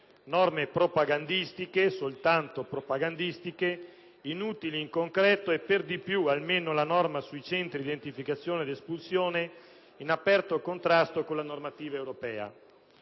norme propagandistiche - soltanto propagandistiche - inutili in concreto e per di più, almeno quella sui centri di identificazione ed espulsione, in aperto contrasto con la normativa europea.